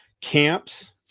camps